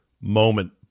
moment